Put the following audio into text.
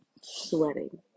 sweating